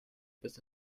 bis